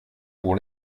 pour